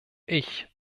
ich